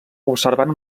observant